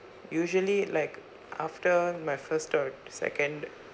usually like after my first or second